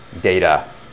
data